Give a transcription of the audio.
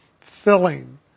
filling